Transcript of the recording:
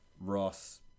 Ross